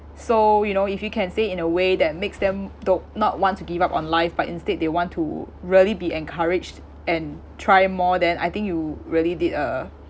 so you know if you can say in a way that makes them do not want to give up on life but instead they want to really be encouraged and try more than I think you really did a